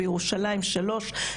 בירושלים שלוש,